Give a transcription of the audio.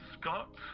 Scott